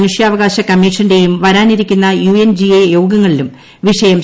മനുഷ്യാവക്കാൾ കമ്മിഷന്റെയും വരാനിരിക്കുന്ന യോഗങ്ങളിലും വിഷയം യു